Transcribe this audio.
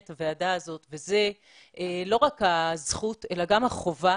הוועדה הזאת וזאת לא רק הזכות אלא גם החובה